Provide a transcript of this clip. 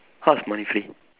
how is money free